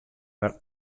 wer